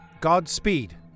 Godspeed